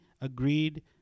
agreed